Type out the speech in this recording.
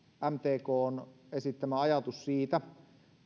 mtkn esittämä ajatus siitä